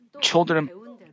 children